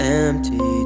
empty